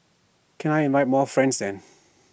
can I invite more friends then